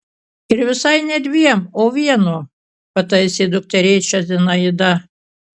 ir visai ne dviem o vienu pataisė dukterėčią zinaida